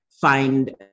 find